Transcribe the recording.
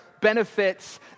benefits